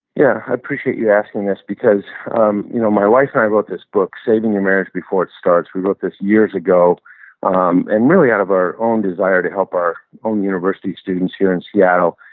yeah appreciate you asking this because um you know my wife and i wrote this book, saving your marriage before it starts, we wrote this years ago um and really out of our own desire to help our own university students here in seattle,